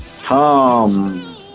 Tom